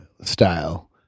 style